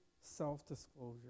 self-disclosure